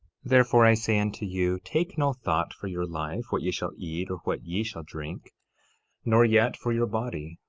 therefore i say unto you, take no thought for your life, what ye shall eat, or what ye shall drink nor yet for your body,